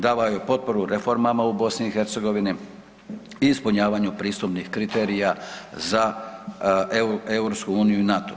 Davao je potporu reformama u BiH, ispunjavanju pristupnih kriterija za EU i NATO.